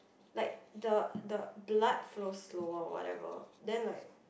like the the blood flows slower or whatever then like